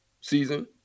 season